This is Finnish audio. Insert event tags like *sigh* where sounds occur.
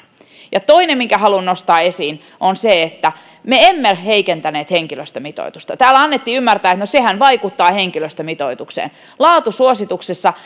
toinen minkä haluan nostaa esiin on se että me emme heikentäneet henkilöstömitoitusta täällä annettiin ymmärtää että no sehän vaikuttaa henkilöstömitoitukseen laatusuosituksissa *unintelligible*